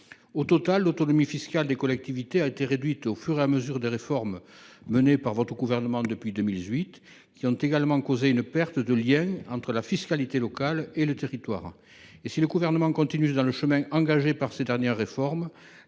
Au total, l’autonomie fiscale des collectivités a été réduite au fur et à mesure des réformes menées par les différents gouvernements depuis 2018, qui ont également causé une perte de lien entre la fiscalité locale et le territoire. Et si le Gouvernement continue sur le chemin de ses dernières réformes,